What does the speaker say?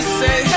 say